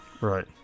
Right